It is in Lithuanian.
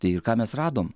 tai ir ką mes radom